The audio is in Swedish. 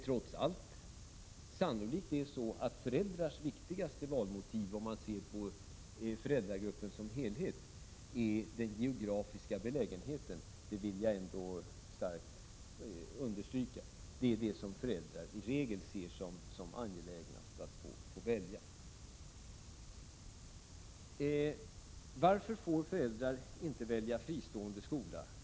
Trots allt är föräldrars viktigaste valmotiv, sett inom föräldrargruppen som helhet, sannolikt den geografiska belägenheten. Jag vill starkt understryka att föräldrar som regel ser det som angelägnast att få sina önskemål i det avseendet tillgodosedda vid sitt val. Varför får föräldrar inte välja fristående skola?